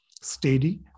steady